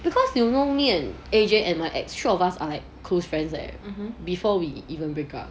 because you know me and A_J and my ex of us three of us are like close friends right before we even break up